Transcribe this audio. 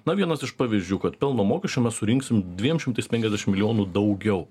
na vienas iš pavyzdžių kad pelno mokesčio mes surinksim dviem šimtais penkiasdešim milijonų daugiau